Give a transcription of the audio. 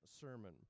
sermon